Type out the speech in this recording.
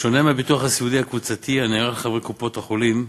בשונה מהביטוח הסיעודי הקבוצתי הנערך לחברי קופות-החולים,